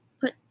put